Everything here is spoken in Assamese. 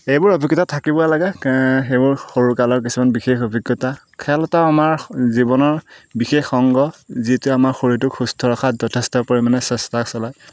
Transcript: এইবোৰ অভিজ্ঞতা থাকিব লাগে সেইবোৰ সৰুকালৰ কিছুমান বিশেষ অভিজ্ঞতা খেল এটা আমাৰ জীৱনৰ বিশেষ অংগ যিটোৱে আমাৰ শৰীৰটোক সুস্থ ৰখাত যথেষ্ট পৰিমাণে চেষ্টা চলায়